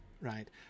right